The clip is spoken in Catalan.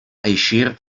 eixir